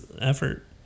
effort